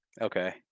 Okay